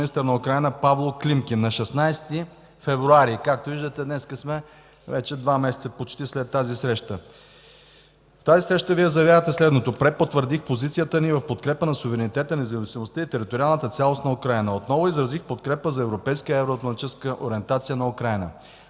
Павло Климкин на 16 февруари. Както виждате, днес сме вече почти два месеца след тази среща. В тази среща Вие заявявате следното: „Препотвърдих позицията ни в подкрепа на суверенитета, независимостта и териториалната цялост на Украйна. Отново изразих подкрепа за европейска евроатлантическа ориентация на Украйна”.